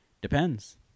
depends